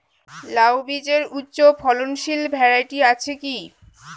লাউ বীজের উচ্চ ফলনশীল ভ্যারাইটি আছে কী?